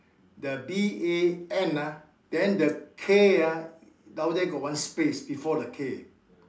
the B A N ah then the K ah down there got one space before the K